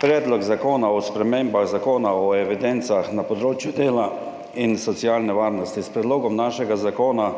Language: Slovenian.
Predlog zakona o spremembah Zakona o evidencah na področju dela in socialne varnosti – s predlogom našega zakona